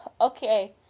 okay